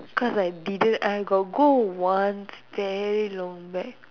cause I didn't I got go once very long back